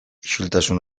isiltasun